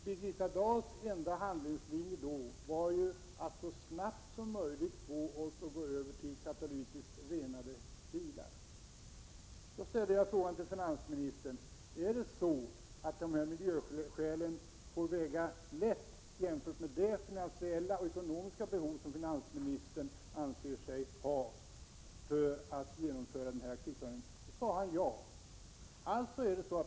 Birgitta Dahls enda handlingslinje då var att så snabbt som möjligt få oss att gå över till katalytiskt renade bilar. Då frågade jag finansministern om dessa miljöskäl får väga lätt jämfört med det finansiella och ekonomiska behov som finansministern anser sig ha för att genomföra accishöjningen. På den frågan svarade han ja.